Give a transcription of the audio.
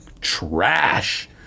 trash